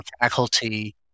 faculty